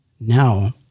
now